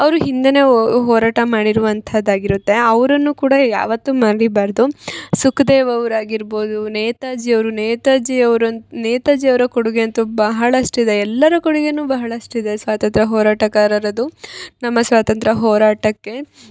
ಅವರು ಹಿಂದೆನೆ ಓ ಹೋರಾಟ ಮಾಡಿರುವಂಥದ್ದು ಆಗಿರುತ್ತೆ ಅವ್ರನ್ನು ಕೂಡ ಯಾವತ್ತು ಮರಿಬಾರದು ಸುಖದೇವ್ ಅವ್ರು ಆಗಿರ್ಬೌದು ನೇತಾಜಿ ಅವರು ನೇತಾಜಿ ಅವ್ರಂಥ ನೇತಾಜಿ ಅವರ ಕೊಡುಗೆ ಅಂತು ಬಹಳಷ್ಟು ಇದೆ ಎಲ್ಲರ ಕೊಡುಗೇ ಬಹಳಷ್ಟು ಇದೆ ಸ್ವಾತಂತ್ರ್ಯ ಹೋರಾಟಗಾರರದ್ದು ನಮ್ಮ ಸ್ವಾತಂತ್ರ್ಯ ಹೋರಾಟಕ್ಕೆ